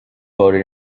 voted